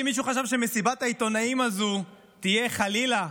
אם מישהו חשב שמסיבת העיתונאים הזאת תהיה, חלילה,